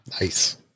Nice